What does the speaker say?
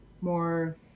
more